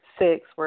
Six